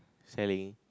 selling